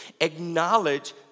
Acknowledge